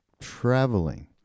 traveling